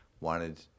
wanted